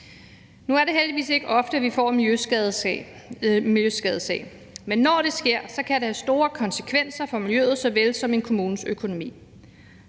Nu er det heldigvis ikke ofte, at vi får en miljøskadesag, men når det sker, kan det have store konsekvenser for miljøet såvel som for en kommunes økonomi.